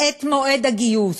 את מועד הגיוס.